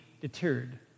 deterred